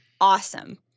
awesome